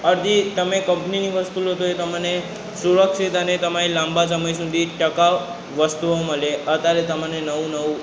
અડધી તમે કંપનીની વસ્તુ લો તો એ તમને સુરક્ષિત અને તમને લાંબા સમય સુધી ટકાઉ વસ્તુઓ મળે અત્યારે તમને નવું નવું